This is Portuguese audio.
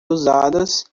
usadas